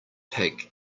pig